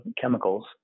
chemicals